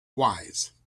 wise